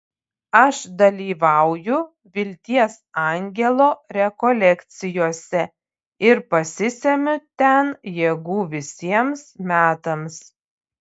aš dalyvauju vilties angelo rekolekcijose ir pasisemiu ten jėgų visiems metams